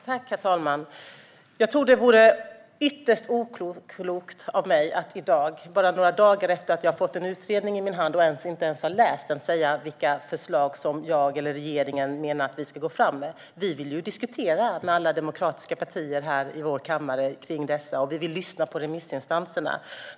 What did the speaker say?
Herr talman! Jag tror att det vore ytterst oklokt av mig att i dag, bara några dagar efter att jag har fått en utredning i min hand och inte ens har läst den, säga vilka förslag som jag eller regeringen ska gå fram med. Vi vill diskutera dessa förslag med alla demokratiska partier här i vår kammare, och vi vill lyssna på remissinstanserna.